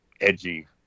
edgy